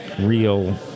real